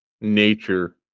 nature